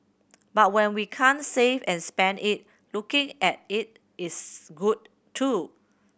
but when we can't save and spend it looking at it is good too